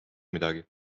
midagi